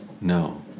No